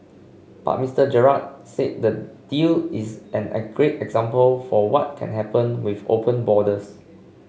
but Mister Gerard said the deal is an a great example for what can happen with open borders